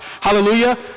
Hallelujah